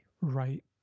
right